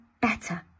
better